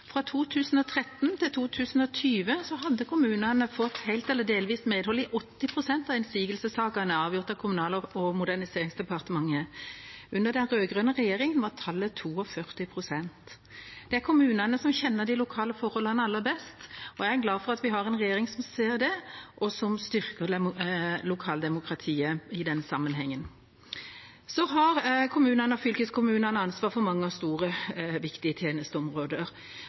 Fra 2013 til 2020 fikk kommunene helt eller delvis medhold i 80 pst. av innsigelsessakene avgjort av Kommunal- og moderniseringsdepartementet. Under den rød-grønne regjeringa var tallet 42 pst. Det er kommunene som kjenner de lokale forholdene aller best, og jeg er glad for at vi har en regjering som ser det, og som styrker lokaldemokratiet i den sammenhengen. Kommunene og fylkeskommunene har ansvar for mange store og viktige tjenesteområder,